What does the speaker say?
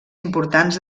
importants